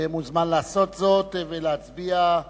מוזמן לעשות זאת ולהצביע,